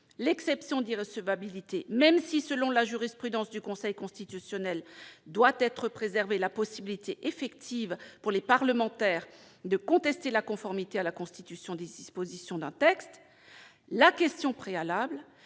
l'exception d'irrecevabilité même si, selon la jurisprudence du Conseil constitutionnel, doit être préservée la possibilité effective, pour les parlementaires, de contester la conformité à la Constitution des dispositions d'un texte ;« la question préalable